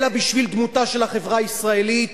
אלא בשביל דמותה של החברה הישראלית.